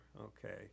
Okay